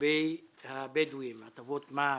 לגבי הבדואים, הטבות מס,